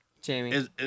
Jamie